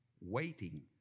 Waiting